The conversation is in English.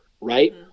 right